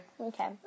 Okay